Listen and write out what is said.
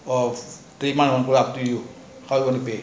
for three month up to you